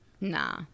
Nah